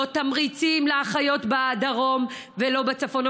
לא תמריצים לאחיות בדרום ולא בצפון.